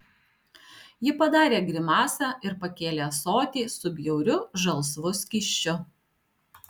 ji padarė grimasą ir pakėlė ąsotį su bjauriu žalsvu skysčiu